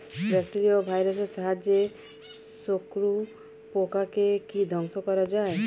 Bacteria ও ভাইরাসের সাহায্যে শত্রু পোকাকে কি ধ্বংস করা যায়?